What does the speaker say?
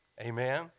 Amen